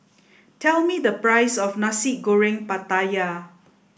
tell me the price of Nasi Goreng Pattaya